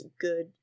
good